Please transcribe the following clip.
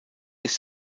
ist